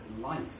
life